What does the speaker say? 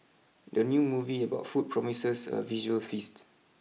the new movie about food promises a visual feast